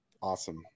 Awesome